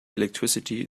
electricity